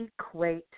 equate